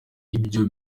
ibyo